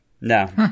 No